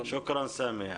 שוקראן סמי.